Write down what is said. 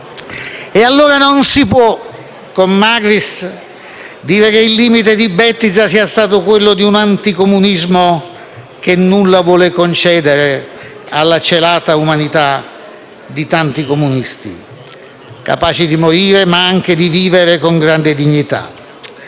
E, allora, non si può con Magris dire che il limite di Bettiza sia stato quello di un anticomunismo che nulla vuole concedere alla celata umanità di tanti comunisti, capaci di morire, ma anche di vivere con grande dignità.